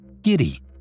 giddy